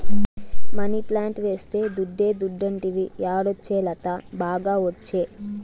money plant వేస్తే దుడ్డే దుడ్డంటివి యాడొచ్చే లత, బాగా ఒచ్చే